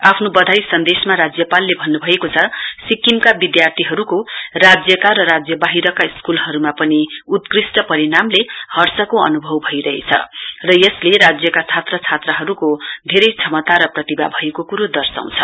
आफ्नो बधाई सन्देशमा राज्यपालले भन्नु भएको छ सिक्किमका विद्यार्थीहरूको राज्यका र राज्य बाहिरका स्कूलहरूका पनि असल परिणामले हर्षको अनुभव भइरहेछ र यसले राज्यका छात्रछात्राहरूको धेरै क्षमता र प्रतिभा भएको कुरो दर्शाउँछ